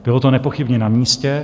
Bylo to nepochybně namístě.